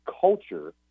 culture